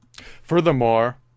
Furthermore